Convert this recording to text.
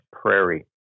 Prairie